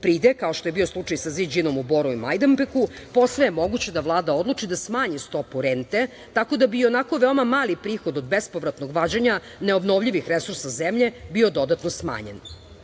Pride, kao što je bio slučaj sa "Ziđinom" u Boru i Majdanpeku posve je moguće da Vlada odluči da smanji stopu rente tako da bi onako veoma mali prihod od bespovratnoga vađenja neobnovljivih resursa zemlje bio dodatno smanjen. Najveća